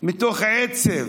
מתוך עצב.